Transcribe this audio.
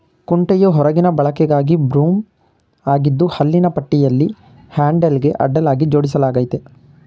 ಕುಂಟೆಯು ಹೊರಗಿನ ಬಳಕೆಗಾಗಿ ಬ್ರೂಮ್ ಆಗಿದ್ದು ಹಲ್ಲಿನ ಪಟ್ಟಿಯನ್ನು ಹ್ಯಾಂಡಲ್ಗೆ ಅಡ್ಡಲಾಗಿ ಜೋಡಿಸಲಾಗಯ್ತೆ